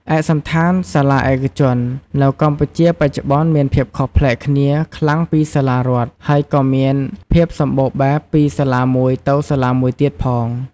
ឯកសណ្ឋានសាលាឯកជន នៅកម្ពុជាបច្ចុប្បន្នមានភាពខុសប្លែកគ្នាខ្លាំងពីសាលារដ្ឋ ហើយក៏មានភាពសម្បូរបែបពីសាលាមួយទៅសាលាមួយទៀតផង។